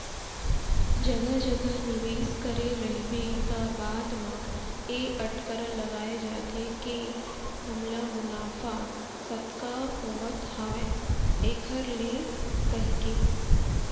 जघा जघा निवेस करे रहिबे त बाद म ए अटकरा लगाय जाथे के हमला मुनाफा कतका होवत हावय ऐखर ले कहिके